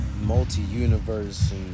multi-universe